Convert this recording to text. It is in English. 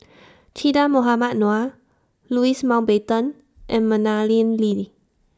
Che Dah Mohamed Noor Louis Mountbatten and Madeleine Lee